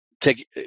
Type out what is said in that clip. take